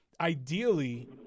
Ideally